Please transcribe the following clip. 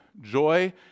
joy